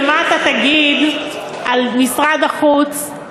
ומה אתה תגיד על משרד החוץ,